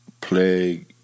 plague